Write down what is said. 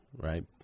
right